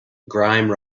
grime